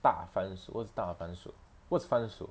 大番薯 what's 大番薯 what's 番薯